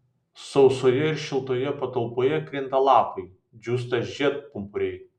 sausoje ir šiltoje patalpoje krinta lapai džiūsta žiedpumpuriai